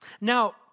Now